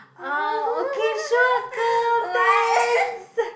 ah okay sure girl thanks